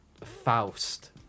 Faust